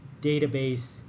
database